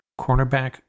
cornerback